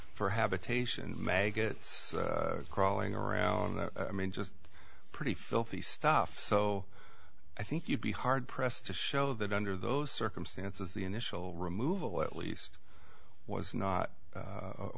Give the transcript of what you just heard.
maggots crawling around i mean just pretty filthy stuff so i think you'd be hard pressed to show that under those circumstances the initial removal at least was not